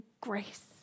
grace